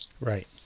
Right